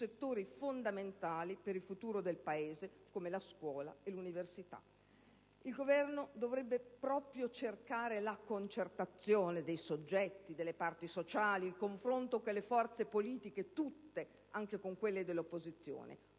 settori fondamentali per il futuro del Paese come la scuola e l'università. Il Governo dovrebbe proprio cercare la concertazione dei soggetti, delle parti sociali, il confronto con le forze politiche tutte, anche con quelle dell'opposizione,